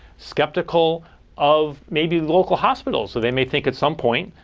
skeptical of, maybe, local hospitals. so they may think, at some point,